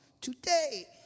today